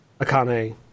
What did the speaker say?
Akane